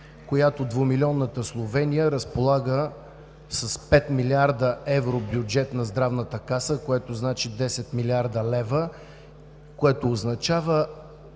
Двумилионната Словения разполага с 5 млрд. евро бюджет на Здравната каса, което значи 10 млрд. лв., което означава